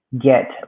get